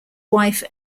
wife